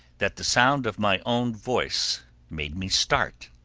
that the sound of my own voice made me start.